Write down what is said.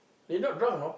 they not drunk you know